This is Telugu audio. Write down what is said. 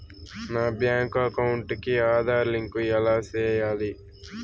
నా బ్యాంకు అకౌంట్ కి ఆధార్ లింకు ఎలా సేయాలి